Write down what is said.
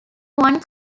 one